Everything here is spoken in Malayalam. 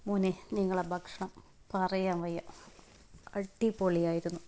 മോനെ നിങ്ങളുടെ ഭക്ഷണം പറയാൻ വയ്യ അടി പൊളി ആയിരുന്നു